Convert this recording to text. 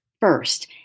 first